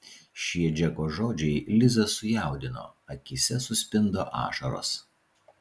šie džeko žodžiai lizą sujaudino akyse suspindo ašaros